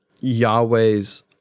Yahweh's